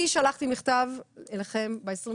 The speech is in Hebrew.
אני שלחתי מכתב אליכם ב-24